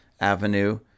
Avenue